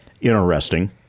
Interesting